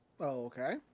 okay